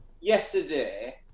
yesterday